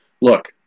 look